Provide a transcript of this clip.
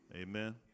amen